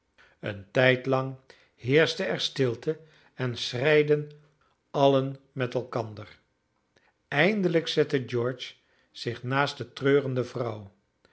een tijdlang heerschte er stilte en schreiden allen met elkander eindelijk zette george zich naast de treurende vrouw